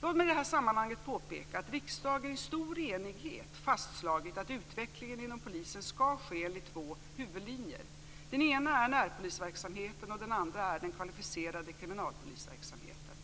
Låt mig i detta sammanhang påpeka att riksdagen i stor enighet fastslagit att utvecklingen inom polisen skall ske enligt två huvudlinjer. Den ena är närpolisverksamheten, och den andra är den kvalificerade kriminalpolisverksamheten.